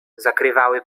zakrywały